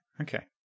Okay